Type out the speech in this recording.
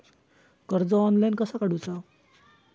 कर्ज ऑनलाइन कसा काडूचा?